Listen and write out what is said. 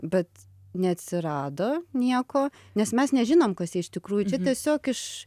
bet neatsirado nieko nes mes nežinom kas jie iš tikrųjų čia tiesiog iš